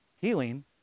Healing